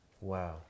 Wow